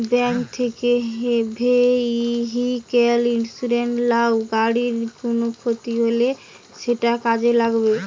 bank থিকে vehicle insurance লাও, গাড়ির কুনো ক্ষতি হলে সেটা কাজে লাগবে